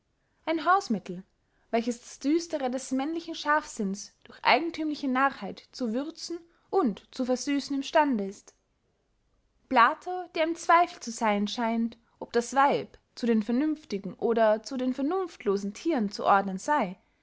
ein hausmittel welches das düstere des männlichen scharfsinns durch eigenthümliche narrheit zu würzen und zu versüssen im stande ist plato der im zweifel zu seyn scheint ob das weib zu den vernünftigen oder zu den vernunftlosen thieren zu ordnen sey